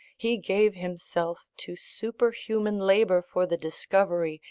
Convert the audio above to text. he gave himself to superhuman labour for the discovery,